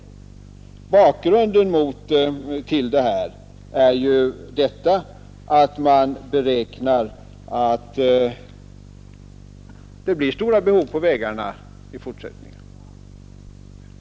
Bakgrunden till detta är att man beräknar att det blir stora behov av vägbyggande i fortsättningen.